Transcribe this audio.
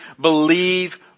believe